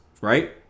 right